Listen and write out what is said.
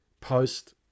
Post